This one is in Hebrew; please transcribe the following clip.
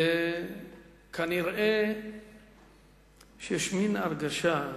כנראה שיש מין הרגשה,